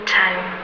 time